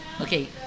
Okay